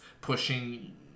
pushing